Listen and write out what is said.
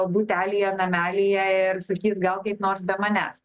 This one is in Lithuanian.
butelyje namelyje ir sakys gal kaip nors be manęs